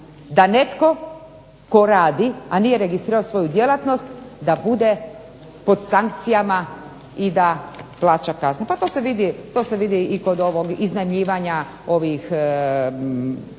da netko tko radi, a nije registrirao svoju djelatnost da bude pod sankcijama i da plaća kaznu. Pa to se vidi i kod ovog iznajmljivanja,